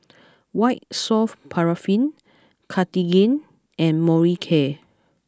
white soft Paraffin Cartigain and Molicare